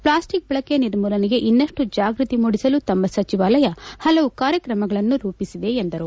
plastic ಬಳಕೆ ನಿರ್ಮೂಲನೆಗೆ ಇನ್ನಷ್ಟು ಜಾಗೃತಿ ಮೂಡಿಸಲು ತಮ್ಮ ಸಚಿವಾಲಯ ಹಲವು ಕಾರ್ಯಕ್ರಮಗಳನ್ನು ರೂಪಿಸಿದೆ ಎಂದರು